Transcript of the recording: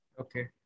Okay